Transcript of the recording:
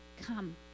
come